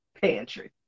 pantry